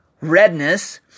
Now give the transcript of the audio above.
redness